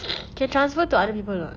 can transfer to other people or not